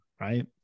right